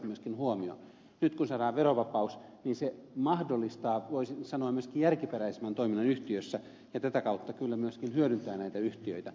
nyt kun saadaan verovapaus niin se mahdollistaa voisi sanoa myöskin järkiperäisemmän toiminnan yhtiöissä ja tätä kautta kyllä myöskin hyödyntää näitä yhtiöitä